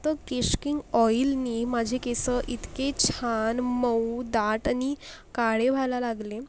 फक्त केश किंग ऑईलनी माझे केस इतके छान मऊ दाट आणि काळे व्हायला लागले